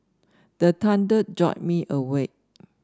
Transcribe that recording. the thunder jolt me awake